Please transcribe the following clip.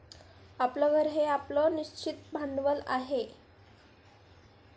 आपलं घर हे आपलं निश्चित भांडवल आहे